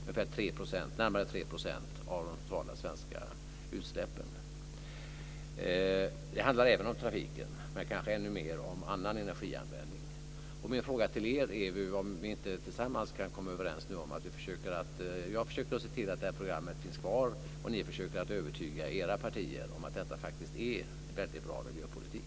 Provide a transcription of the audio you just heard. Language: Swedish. Det är närmare 3 % av de totala svenska utsläppen. Det handlar om trafiken, men kanske mer om annan energianvändning. Min fråga till er är om vi inte tillsammans skulle kunna komma överens. Jag försöker att se till att det här programmet finns kvar. Ni försöker övertyga era partier om att det här faktiskt är väldigt bra miljöpolitik.